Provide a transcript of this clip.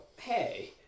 Hey